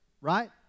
right